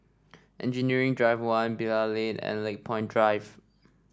Engineering Drive One Bilal Lane and Lakepoint Drive